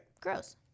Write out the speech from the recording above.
Gross